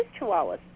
chihuahuas